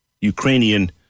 Ukrainian